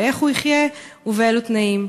ואיך הוא יחיה ובאילו תנאים.